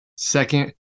Second